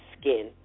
skin